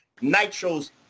Nitro's